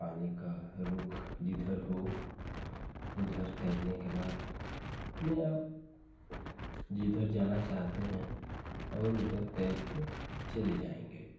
पानी का रुख जिधर हो उधर तैरने के बाद अपने आप जिधर जाना चाहते हैं और उधर तैर के चले जाएंगे